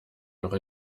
noch